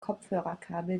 kopfhörerkabel